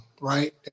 right